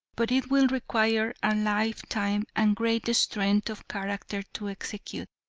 but it will require a lifetime and great strength of character to execute.